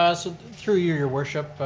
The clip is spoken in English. ah so through you your worship,